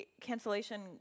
cancellation